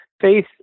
faith